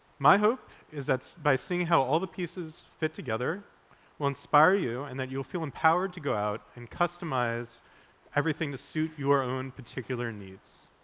my hope is that by seeing how all the pieces fit together will inspire you and that you'll feel empowered to go out and customize everything to suit your own particular needs.